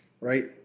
right